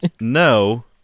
no